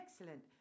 Excellent